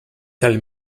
tell